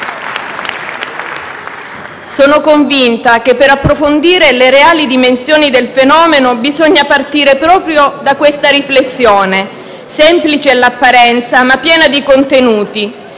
Sono convinta che, per approfondire le reali dimensioni del fenomeno, bisogna partire proprio da questa riflessione, semplice all'apparenza, ma piena di contenuti,